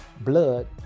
blood